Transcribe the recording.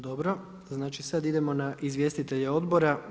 Dobro, znači sad idemo na izvjestitelja odbora.